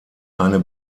eine